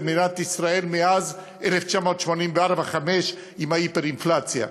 מדינת ישראל מאז 1985-1984 עם ההיפר-אינפלציה.